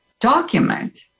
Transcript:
document